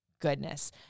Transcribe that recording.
goodness